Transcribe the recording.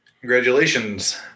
congratulations